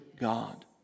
God